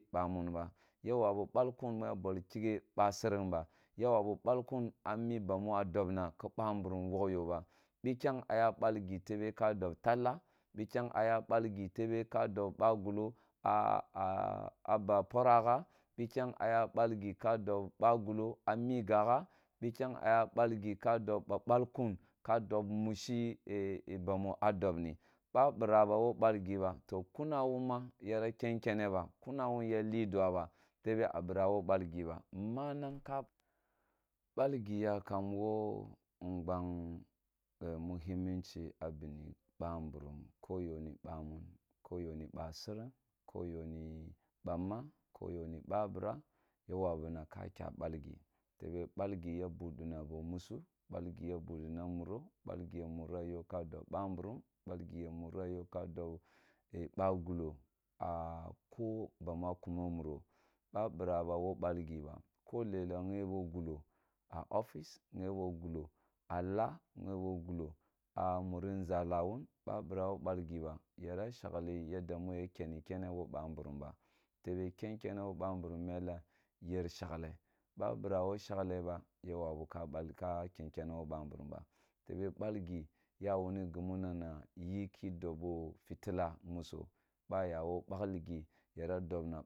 Bamumba ya wanbu balkum my ya bolli kighe ba senng ba ya wabi baljim a mi bamu a dobna ke bamburum wogh yo ba bikyang a ya bal gi tebe ka do gullo poro gha bikyang a ya bal gi ka dob ba gullo a mi gyagha a ya balgi ka dob ba balkum ka dob. Muho ka ee bamu adobni ba nira ba wo balgi ba to kum awun yara di ken kene ba kuna wun yara fi ra ba tebe a bira wo balgi ba manang ka malgi yakum wo ngbang e muhimminci a bin m bamburumko go ni bamun ka yo ni basing ko yo ni bamma kogo ni babira yawanuna ka kya balgi tebe balgi ya buduna bo musu balgiua buduna muro balgi ya muro yo ka dob bamburum balgi ya mura yo ka dob bagullo a abmu a kumo muro b bira wo balgo ko lela ghe bo gullo a ofis ghebo gulo a laa ghebo gullo a muri nʒala wun la bira wo balgo ba yara shagli yenda mu ya kenni kene wo bamburum mele yer shagle ba bira wo shagle ba ya wabu ken kene wo bamburum ba tebe balgi yawuri gimu nana yiki dob wo fitilla musu baya wo balgi yara dobna